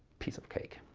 piece of cake